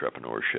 entrepreneurship